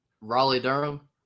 Raleigh-Durham